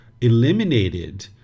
eliminated